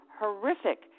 horrific